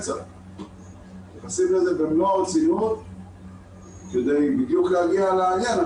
מתייחסים לזה במלוא הרצינות כדי להגיע לעניין.